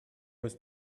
was